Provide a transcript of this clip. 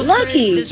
Lucky